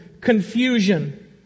confusion